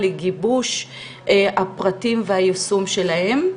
לגיבוש הפרטים והיישום שלהם.